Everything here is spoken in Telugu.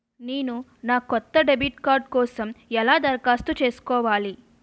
నేను నా కొత్త డెబిట్ కార్డ్ కోసం ఎలా దరఖాస్తు చేసుకోవాలి?